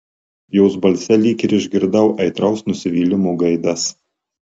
jos balse lyg ir išgirdau aitraus nusivylimo gaidas